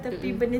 mm mm